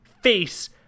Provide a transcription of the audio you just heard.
face